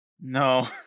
No